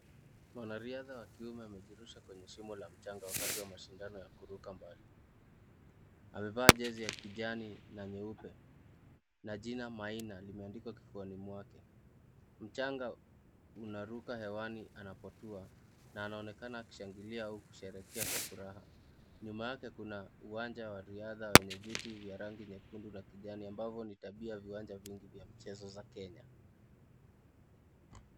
Mwanariadha wa kiume amejirusha kwenye shimo la mchanga wakati wa mashindano ya kuruka mbali. Amevaa jezi ya kijani na nyeupe na jina Maina limeandikwa kifuani mwake ,mchanga unaruka hewani anapotua na anaonekana akishangilia au kusherehekea kwa furaha nyuma yake kuna uwanja wa riadha wenye viti vya rangi nyekundu la kijani ambavyo ni tabia vya uwanja nyingi vya mchezo vya kenya.